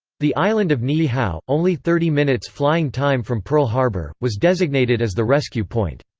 the island of niihau, only thirty minutes flying time from pearl harbor, was designated as the rescue point.